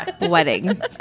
weddings